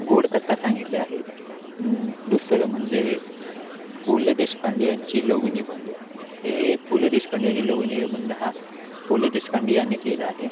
गोड कथा सांगितले आहे दुसरं म्हणजे पु ल देशपांडे यांची लघुनिबंध हे पु ल देशपांड्यांची लघुनिबंध हा पु ल देशपांडे यानी लिहिलेला आहे